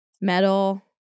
metal